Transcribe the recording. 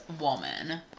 Woman